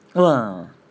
!wah!